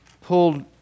pulled